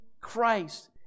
Christ